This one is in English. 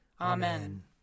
Amen